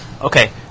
Okay